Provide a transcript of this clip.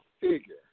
figure